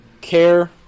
Care